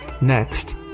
Next